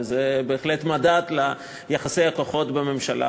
וזה בהחלט מדד ליחסי הכוחות בממשלה.